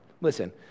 listen